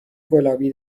گلابی